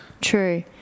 True